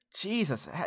Jesus